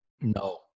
No